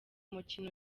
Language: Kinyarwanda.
mukino